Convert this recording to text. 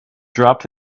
dropped